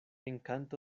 encanto